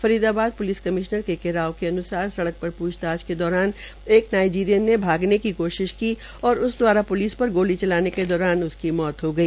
Faridabad police commissioner K K Rao के अन्सार सड़क पर पूछताछ के दौरान एक नाइजीरियन ने भागने की कोशिश की और उस द्वारा पुलिस पर गोली चलाने के दौरान उसकी मौत हो गई